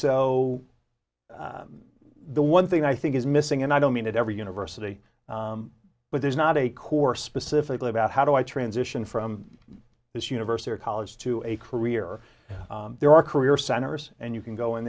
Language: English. so the one thing i think is missing and i don't mean that every university but there's not a course specifically about how do i transition from this university or college to a career there are career centers and you can go in